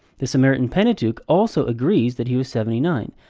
the samaritan pentateuch also agrees that he was seventy nine,